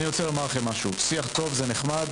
אני רוצה לומר לכם משהו, שיח טוב זה נחמד.